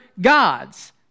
God's